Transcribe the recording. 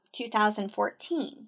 2014